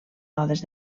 rodes